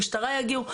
משטרה יגיעו?